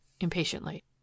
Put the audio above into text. impatiently